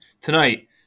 tonight